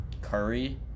Curry